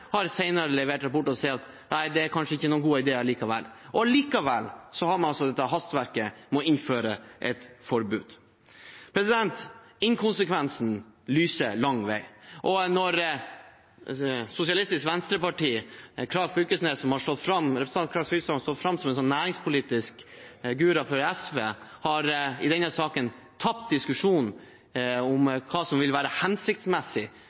levert rapporter som sier at det kanskje ikke er noen god idé likevel. Og likevel har man altså dette hastverket med å innføre et forbud. Inkonsekvensen lyser lang vei. Når Sosialistisk Venstreparti og representanten Knag Fylkesnes, som har stått fram som en næringspolitisk guru for SV, i denne saken har tatt diskusjonen om hva som vil være hensiktsmessig